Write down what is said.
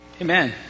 Amen